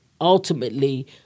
ultimately